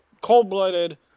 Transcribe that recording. cold-blooded